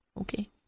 Okay